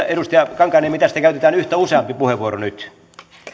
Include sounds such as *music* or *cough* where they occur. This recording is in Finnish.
*unintelligible* edustaja kankaanniemi tästä käytetään nyt yhtä useampi puheenvuoro